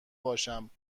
باشم